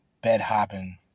bed-hopping